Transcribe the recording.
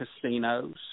casinos